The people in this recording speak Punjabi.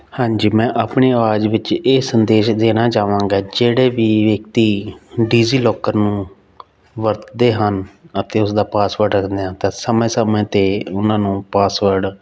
ਹਾਂਜੀ ਮੈਂ ਆਪਣੀ ਆਵਾਜ਼ ਵਿੱਚ ਇਹ ਸੰਦੇਸ਼ ਦੇਣਾ ਚਾਹਵਾਂਗਾ ਜਿਹੜੇ ਵੀ ਵਿਅਕਤੀ ਡੀਜੀਲੋਕਰ ਨੂੰ ਵਰਤਦੇ ਹਨ ਅਤੇ ਉਸਦਾ ਪਾਸਵਰਡ ਰੱਖਦੇ ਹਨ ਤਾਂ ਸਮੇਂ ਸਮੇਂ 'ਤੇ ਉਹਨਾਂ ਨੂੰ ਪਾਸਵਰਡ